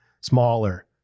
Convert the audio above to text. smaller